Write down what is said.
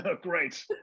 Great